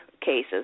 cases